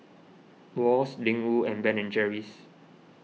Wall's Ling Wu and Ben and Jerry's